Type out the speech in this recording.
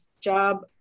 job